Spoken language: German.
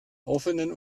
offenen